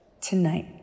Tonight